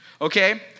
Okay